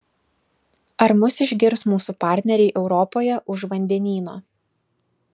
ar mus išgirs mūsų partneriai europoje už vandenyno